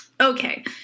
Okay